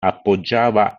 appoggiava